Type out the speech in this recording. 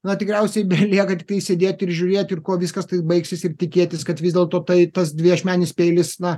na tikriausiai belieka tiktai sėdėti ir žiūrėti ir kuo viskas baigsis ir tikėtis kad vis dėlto tai tas dviašmenis peilis na